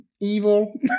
evil